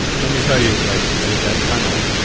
let me tell you. like with that tunnel,